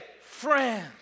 friends